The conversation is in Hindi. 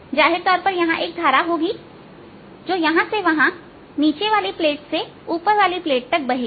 जाहिर तौर पर यहां एक धारा होगीजो यहां से वहां नीचे वाली प्लेट से ऊपर वाली प्लेट तक बहेगी